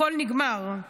הכול נגמר.